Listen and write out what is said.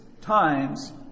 times